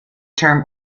term